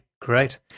great